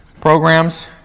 programs